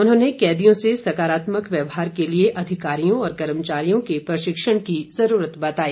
उन्होंने कैदियों से सकारात्मक व्यवहार के लिए अधिकारियों और कर्मचारियों के प्रशिक्षण की जरूरत बताई